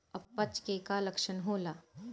अपच के का लक्षण होला?